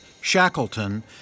Shackleton